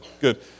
good